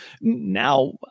Now